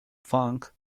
funk